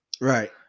Right